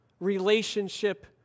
relationship